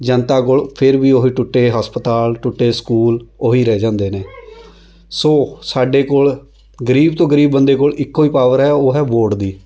ਜਨਤਾ ਕੋਲ ਫਿਰ ਵੀ ਉਹੀ ਟੁੱਟੇ ਹਸਪਤਾਲ ਟੁੱਟੇ ਸਕੂਲ ਉਹੀ ਰਹਿ ਜਾਂਦੇ ਨੇ ਸੋ ਸਾਡੇ ਕੋਲ਼ ਗਰੀਬ ਤੋਂ ਗਰੀਬ ਬੰਦੇ ਕੋਲ਼ ਇੱਕੋ ਹੀ ਪਾਵਰ ਹੈ ਉਹ ਹੈ ਵੋਟ ਦੀ